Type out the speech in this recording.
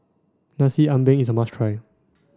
Nasi Ambeng is a must try